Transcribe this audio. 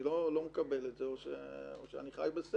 אני לא מקבל את זה או שאני חי בסרט.